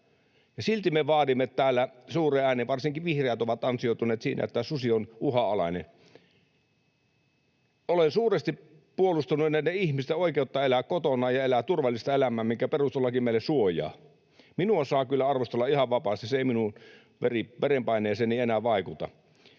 silti me vaadimme täällä suureen ääneen... Varsinkin vihreät ovat ansioituneet siinä, että susi on uhanalainen. Olen suuresti puolustanut näiden ihmisten oikeutta elää kotona ja elää turvallista elämää, minkä perustuslaki meille suojaa. Minua saa kyllä arvostella ihan vapaasti, se ei minun verenpaineeseeni enää vaikuta,